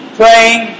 praying